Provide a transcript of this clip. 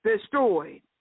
destroyed